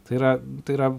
tai yra tai yra